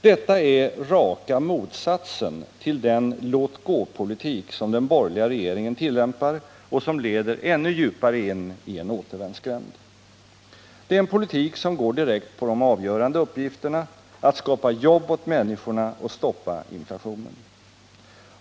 Detta är raka motsatsen till den låt-gå-politik som den borgerliga regeringen tillämpar och som leder ännu djupare in i en återvändsgränd. Det är en politik som går direkt på de avgörande uppgifterna — att skapa jobb åt människorna och stoppa inflationen.